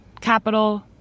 capital